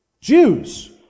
Jews